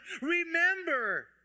Remember